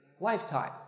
lifetime